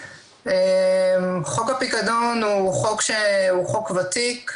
חוק הפיקדון הוא חוק ותיק.